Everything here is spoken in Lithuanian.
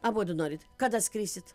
abudu norit kada skrisit